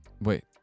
Wait